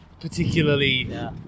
particularly